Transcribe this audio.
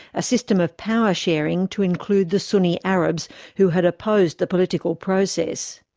a system of power-sharing to include the sunni arabs who had opposed the political process.